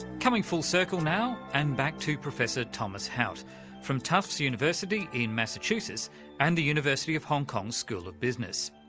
coming full circle now and back to professor thomas hout from tufts university in massachusetts and the university of hong kong's school of business.